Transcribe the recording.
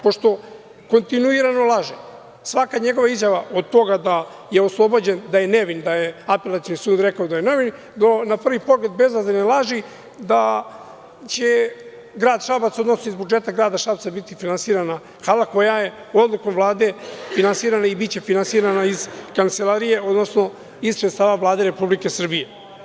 Pošto, kontinuirano laže, svaka njegova izjava od toga da je oslobođen, da je nevin, da je apelacioni sud rekao da je nevin, do na prvi pogled bezazlene laži da će grad Šabac, odnosno iz budžeta grada Šapca biti finansirana hala koja je odlukom Vlade finansirana i biće finansirana iz kancelarije, odnosno iz sredstava Vlade Republike Srbije.